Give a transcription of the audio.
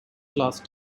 lost